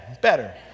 better